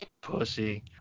Pussy